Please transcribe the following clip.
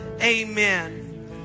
amen